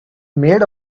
made